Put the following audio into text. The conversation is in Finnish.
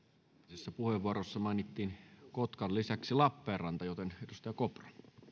edellisessä puheenvuorossa mainittiin kotkan lisäksi lappeenranta joten edustaja kopra